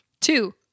Two